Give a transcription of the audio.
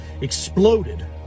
exploded